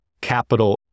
capital